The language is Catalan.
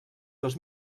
dos